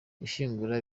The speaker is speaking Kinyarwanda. gushyingura